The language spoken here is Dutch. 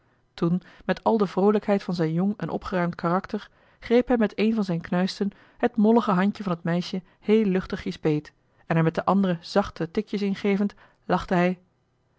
toen met al de vroolijkheid van zijn jong en opgeruimd karakter greep hij met een van zijn knuisten het mollige handje van het meisje heel luchtigjes beet en er met de andere zachte tikjes in gevend lachte hij